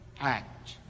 act